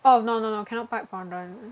oh no no no cannot pipe fondant